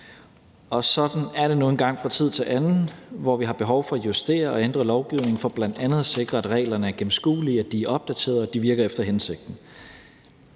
Sådan er det nu engang fra tid til anden, hvor vi har behov for at justere og ændre lovgivningen for bl.a. at sikre, at reglerne er gennemskuelige og opdaterede og virker efter hensigten.